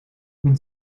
been